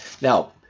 Now